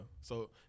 So-